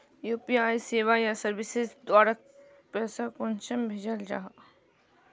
UPI सेवाएँ या services द्वारा पैसा कुंसम भेजाल जाहा?